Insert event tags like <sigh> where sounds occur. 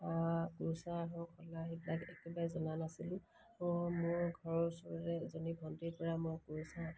<unintelligible> সেইবিলাক একেবাৰে জনা নাছিলোঁ মোৰ ঘৰৰ ওচৰৰে এজনী ভণ্টিৰ পৰা মই কুৰচা